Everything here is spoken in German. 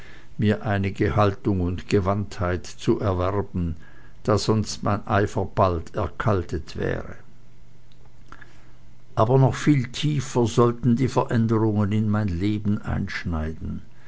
mir einige haltung und gewandtheit zu erwerben da sonst mein eifer bald erkaltet wäre aber noch viel tiefer sollten die veränderungen in mein leben einschneiden